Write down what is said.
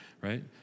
right